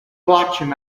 bochum